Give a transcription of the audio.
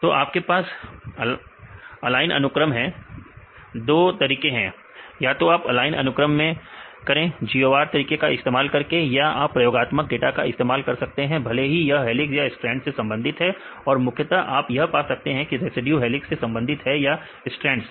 तो आपके पास ऑलाइन अनुक्रम है दो तरीके हैं या तो हम ऑलाइन अनुक्रम में करें GOR तरीके का इस्तेमाल करके या आप प्रयोगात्मक डाटा का इस्तेमाल कर सकते हैं भले ही यह हेलिक्स या स्ट्रैंड से संबंधित है और मुख्यता आप यह पा सकते हैं कि रेसिड्यू हेलिक्स से संबंधित है या स्ट्रैंड से